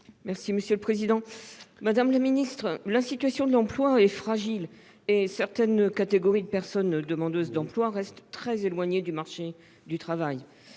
: La parole est à Mme Corinne Féret. La situation de l'emploi est fragile et certaines catégories de personnes demandeuses d'emploi restent très éloignées du marché du travail.